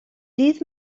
dydd